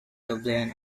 dublin